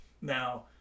Now